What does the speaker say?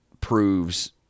proves